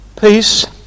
Peace